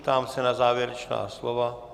Ptám se na závěrečná slova?